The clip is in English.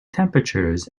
temperatures